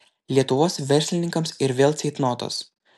lietuvos verslininkams ir vėl ceitnotas